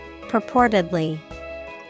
Purportedly